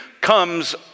comes